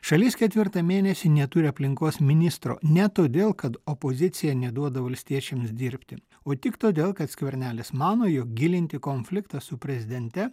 šalis ketvirtą mėnesį neturi aplinkos ministro ne todėl kad opozicija neduoda valstiečiams dirbti o tik todėl kad skvernelis mano jog gilinti konfliktą su prezidente